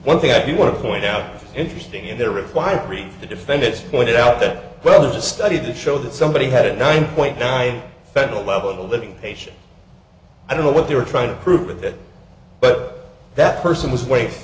one thing i do want to point out interesting and they're required to defend it pointed out that well there's a study that showed that somebody had a nine point nine federal level of the living patient i don't know what they were trying to prove with it but that person was w